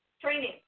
Training